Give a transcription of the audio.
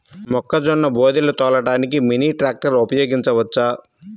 మొక్కజొన్న బోదెలు తోలడానికి మినీ ట్రాక్టర్ ఉపయోగించవచ్చా?